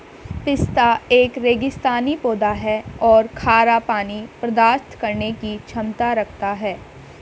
पिस्ता एक रेगिस्तानी पौधा है और खारा पानी बर्दाश्त करने की क्षमता रखता है